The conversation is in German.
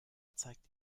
zeigt